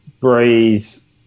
Breeze